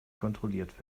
kontrolliert